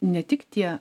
ne tik tie